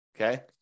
Okay